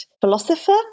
philosopher